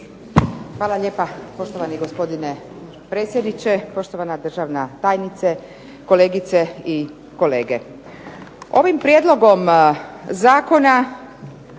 Hvala lijepa poštovani gospodine predsjedniče, poštovana državna tajnice, kolegice i kolege. Ovim prijedlogom zakona